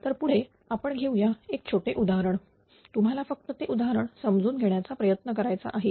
तर पुढे आपण घेउया एक छोटे उदाहरण तुम्हाला फक्त ते उदाहरण समजून घेण्याचा प्रयत्न करायचा आहे